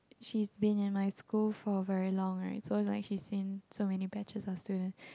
she's been in my school for very long right so it's like she's in so many batches of students